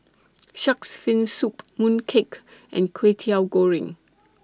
Shark's Fin Soup Mooncake and Kwetiau Goreng